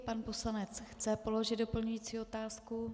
Pan poslanec chce položit doplňující otázku.